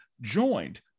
joined